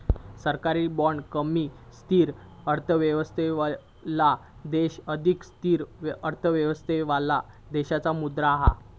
सरकारी बाँड कमी स्थिर अर्थव्यवस्थावाले देश अधिक स्थिर अर्थव्यवस्थावाले देशाची मुद्रा हा